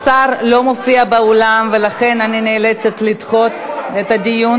הצעת החוק חוזרת לדיון